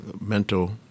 mental